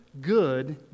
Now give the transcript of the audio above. good